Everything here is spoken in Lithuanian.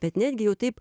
bet netgi jau taip